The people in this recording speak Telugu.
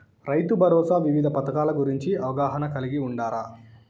రైతుభరోసా వివిధ పథకాల గురించి అవగాహన కలిగి వుండారా?